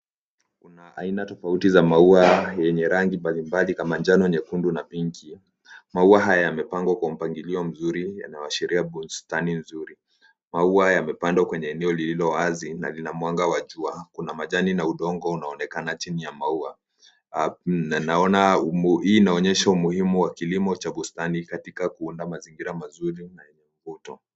Kuna aina tofauti ya maua yenye rangi mbali mbali kama njano, nyekundu na pinki. Maua haya yamepangwa kwa mpangilio mzuri yanayoashiria bustani nzuri. Maua yamepandwa kwenye eneo lililo wazi na lina mwanga wa jua. Kuna majani na udongo unaonekana chini ya maua. Naona umbo hili linaonyesha umuhimu wa kilimo cha bustani katika kuunda mazingira mazuri na yenye mvuto.